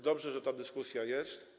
Dobrze, że ta dyskusja jest.